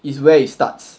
it's where it starts